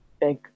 big